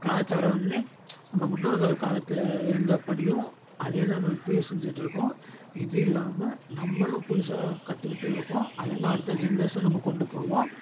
கலாச்சாரம் வந்து நம்ம முன்னோர்கள் காலத்தில் இருந்தபடியும் அதே தான் நம்ம இப்போயும் செஞ்சுட்டு இருக்கோம் இது இல்லாமல் நம்மளும் புதுசாக கற்றுக்கிட்டு இருக்கோம் அது வந்து அடுத்த ஜென்ரேஸன் நம்ம கொண்டு போவோம்